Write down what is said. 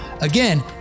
Again